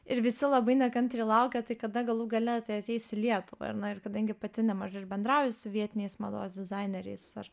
ir visi labai nekantriai laukia tai kada galų gale tai ateis į lietuvą ar ne ir kadangi pati nemažai ir bendrauju su vietiniais mados dizaineriais ar